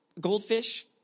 goldfish